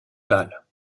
balles